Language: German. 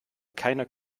keiner